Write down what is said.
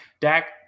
Dak